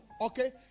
okay